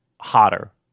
hotter